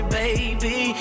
baby